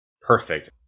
perfect